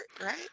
right